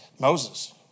Moses